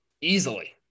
easily